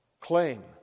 claim